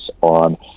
on